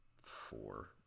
four